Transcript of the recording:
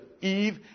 Eve